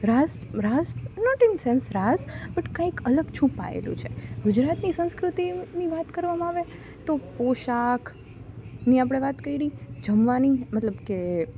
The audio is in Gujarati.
રાઝ રાઝ નોટ ઈન સેન્સ રાઝ પણ કંઈક અલગ છુપાયેલું છે ગુજરાતની સંસ્કૃતિની વાત કરવામાં આવે તો પોષાકની આપણે વાત કરી જમવાની મતલબ કે